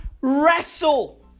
wrestle